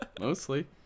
Mostly